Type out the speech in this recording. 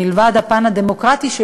מלבד בפן הדמוקרטי,